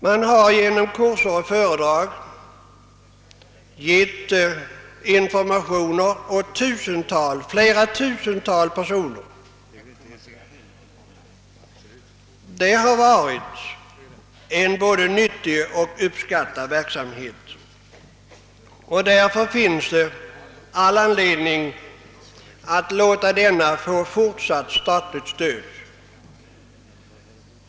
Man har genom kurser och föredrag givit informationer åt flera tusental personer, och det har varit en både nyttig och uppskattad verksamhet. Därför finns det all anledning att låta denna få fortsatt statligt stöd.